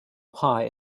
pie